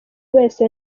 wese